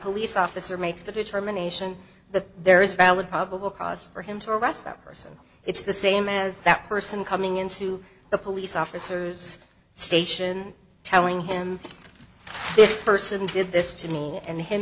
police officer makes the determination that there is valid probable cause for him to arrest that person it's the same as that person coming into the police officers station telling him this person did this to me and him